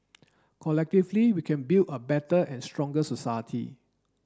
collectively we can build a better and stronger society